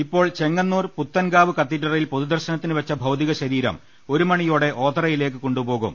ഇപ്പോൾ ചെങ്ങന്നൂർ പുത്തൻകാവ് ക്ത്തീഡ്രലിൽ പൊതുദർശന ത്തിനു വെച്ചു ഭൌതികശരീരം ഒരു മണിയോടെ ഓതറയിലേക്ക് കൊണ്ടു പോകും